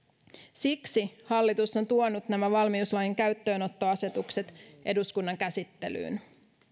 siksi hallitus on tuonut nämä valmiuslain käyttöönottoasetukset eduskunnan käsittelyyn